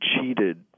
cheated